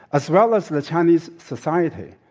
as well as and the chinese society.